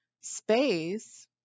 space